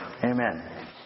Amen